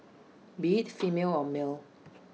be IT female or male